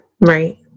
Right